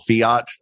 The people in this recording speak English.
Fiat